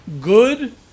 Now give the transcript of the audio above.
good